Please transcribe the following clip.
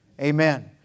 Amen